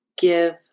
give